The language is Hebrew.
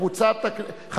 ההסתייגות של קבוצת סיעת חד"ש,